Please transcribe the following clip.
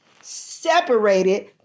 separated